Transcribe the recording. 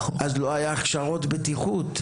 אז לא היו הכשרות בטיחות.